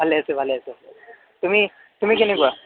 ভালে আছো ভালে আছো তুমি তুমি কেনেকুৱা